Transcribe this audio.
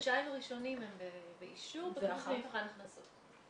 החודשיים הראשונים הם באישור ואחר כך על הכנסות.